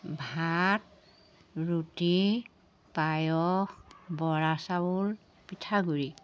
ভাত ৰুটি পায়স বৰা চাউল পিঠাগুড়ি